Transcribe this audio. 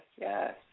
Yes